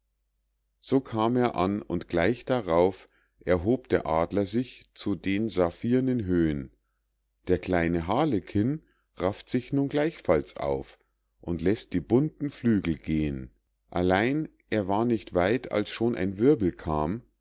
so kam er an und gleich darauf erhob der adler sich zu den sapphirnen höhen der kleine harlekin rafft sich nun gleichfalls auf und läßt die bunten flügel gehen allein er war nicht weit als schon ein wirbel kam